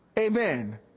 Amen